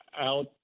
out